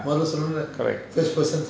correct